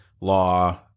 law